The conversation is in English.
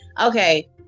okay